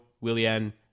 Willian